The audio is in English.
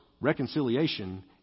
reconciliation